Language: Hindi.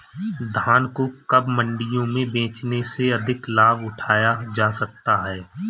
धान को कब मंडियों में बेचने से अधिक लाभ उठाया जा सकता है?